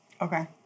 Okay